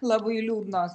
labai liūdnos